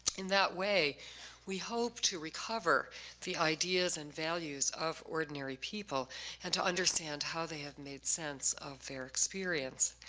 in that way we hope to recover the ideas and values of ordinary people and to understand how they have made sense of their experience.